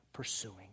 Pursuing